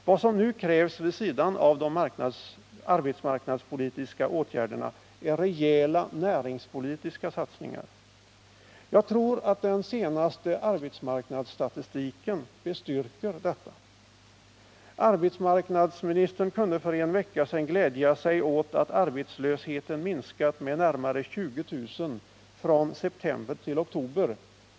Vad som nu krävs vid sidan av de arbetsmarknadspolitiska åtgärderna är rejäla näringspolitiska satsningar. Jag tror att den senaste arbetsmarknadsstatistiken bestyrker detta. Arbetsmarknadsministern kunde för en vecka glädja sig åt uppgifterna att arbetslösheten minskat med 20 000 från september till oktober.